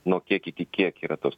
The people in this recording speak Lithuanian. nuo kiek iki kiek yra tos